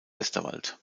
westerwald